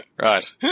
Right